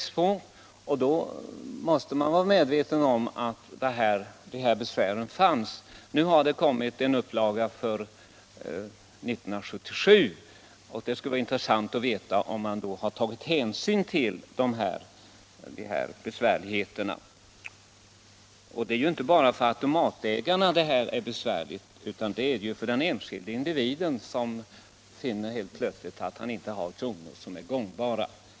Man måste redan när man hade släppt ut den upplagan ha blivit medveten om att de här svårigheterna fanns. Nu har det kommit en upplaga med årtalet 1977. Det skulle vara intressant att veta om man vid framställningen av denna har tagit hänsyn till de besvärligheter som förekommit. Det är ju inte bara automatägarna som får problem. Det är även besvärligt för den enskilde individen när han finner, att de enkronorsmynt han har inte är gångbara.